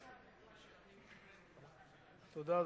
תודה.